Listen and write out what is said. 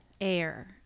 air